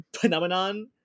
phenomenon